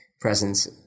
presence